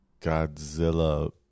Godzilla